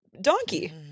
donkey